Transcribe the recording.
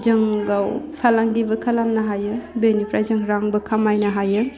जों गाव फालांगिबो खालामनो हायो बैनिफ्राय जों रांबो खामायनो हायो